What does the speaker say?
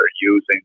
using